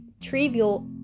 trivial